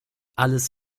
alles